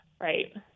Right